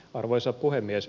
arvoisa puhemies